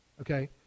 Okay